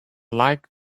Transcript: like